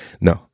no